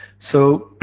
so,